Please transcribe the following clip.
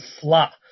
flat